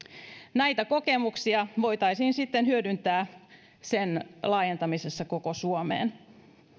näitä kokemuksia voitaisiin sitten hyödyntää sen laajentamisessa koko suomeen